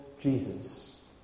Jesus